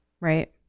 Right